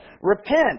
Repent